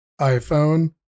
iPhone